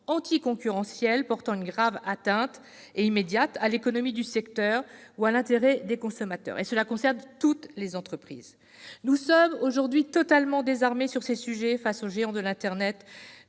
anticoncurrentiels portant une atteinte grave et immédiate à l'économie du secteur ou à l'intérêt des consommateurs. Cela concerne toutes les entreprises. Nous sommes aujourd'hui totalement désarmés sur ces sujets face aux géants de l'internet,